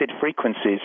frequencies